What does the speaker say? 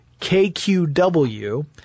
KQW